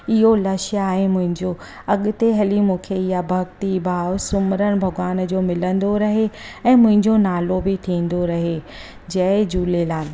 इहो लक्ष्य आहे मुंहिंजो अॻिते हली मूंखे इया भक्ती भाव सिमरण भॻिवान जो मिलंदो रहे ऐं मुंहिंजो नालो बि थींदो रहे जय झूलेलाल